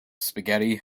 spaghetti